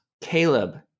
Caleb